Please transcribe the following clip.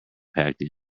packed